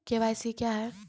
KYC क्या हैं?